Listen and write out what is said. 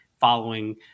following